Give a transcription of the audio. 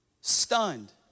stunned